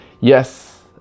yes